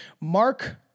Mark